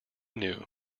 knew